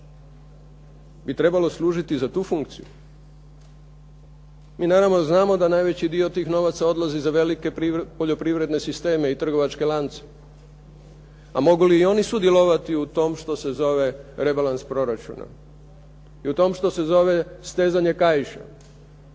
bi trebalo služiti za tu funkciju? Mi naravno znamo da najveći dio tih novaca odlazi za velike poljoprivredne sisteme i trgovačke lance. A mogu li i oni sudjelovati u tome što se zove rebalans proračuna i u tome što se zove stezanje kaiša